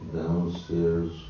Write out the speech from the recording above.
downstairs